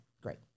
great